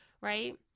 right